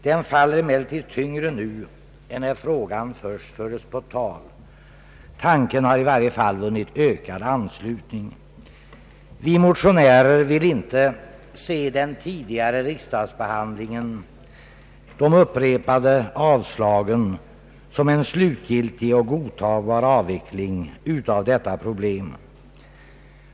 Den faller tyngre nu än när frågan först fördes på tal. Tanken har i varje fall vunnit ökad anslutning. Vi motionärer vill inte se den tidigare riksdagsbehandlingen, de upprepade avslagen, som en slutgiltig och godtagbar avveckling av detta problem.